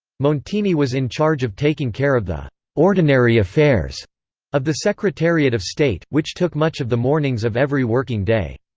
montini was in charge of taking care of the ordinary affairs of the secretariat of state, which took much of the mornings of every working day.